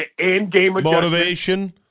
motivation